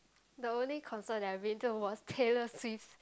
the only concert that I've been to was Taylor-Swift